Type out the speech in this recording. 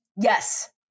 Yes